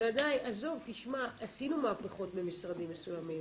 תשמע, עשינו מהפכות במשרדים מסוימים.